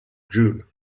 june